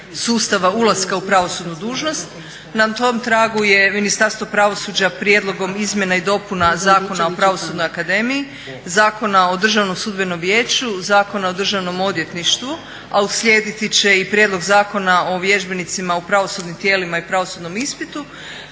ulaska u pravosudnu dužnost. Na tom tragu je Ministarstvo pravosuđa prijedlogom izmjena i dopuna Zakona o Pravosudnoj akademiji, Zakona o Državnom sudbenom vijeću, Zakona o Državnom odvjetništvu, a uslijediti će i Prijedlog zakona o vježbenicima u pravosudnim tijelima i pravosudnom ispitu